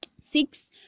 Six